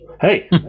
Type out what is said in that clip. Hey